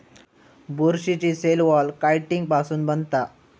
बुरशीची cell wall chitin पासुन बनता